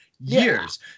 years